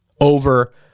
over